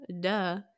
Duh